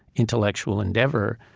intellectual endeavor,